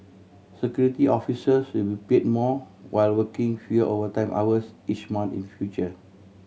Security Officers will be paid more while working fewer overtime hours each month in future